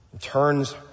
Turns